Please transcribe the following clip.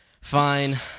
Fine